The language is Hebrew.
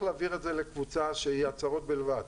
להעביר את זה לקבוצה שהיא הצהרות בלבד,